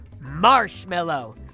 marshmallow